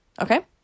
Okay